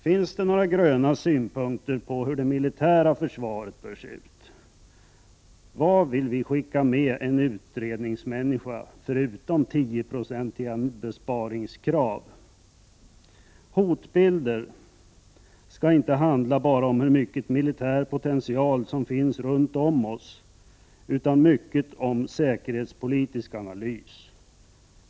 Finns det några gröna synpunkter på hur det militära försvaret bör se ut? Vad vill vi skicka med en utredningsmänniska förutom krav på tioprocentiga besparingar? Hotbilder skall inte handla bara om hur mycket militär potential som finns runt oss utan mycket om säkerhetspolitisk analys.